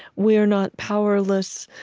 we're not powerless.